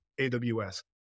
AWS